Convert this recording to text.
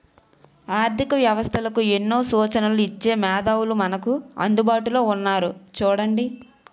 ఆర్థిక వ్యవస్థలకు ఎన్నో సూచనలు ఇచ్చే మేధావులు మనకు అందుబాటులో ఉన్నారు చూడండి